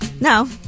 No